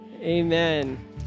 amen